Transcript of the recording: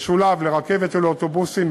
משולב לרכבת ולאוטובוסים,